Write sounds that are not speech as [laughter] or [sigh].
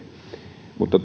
mutta [unintelligible]